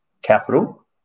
capital